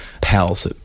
pals